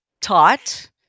taught